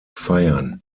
feiern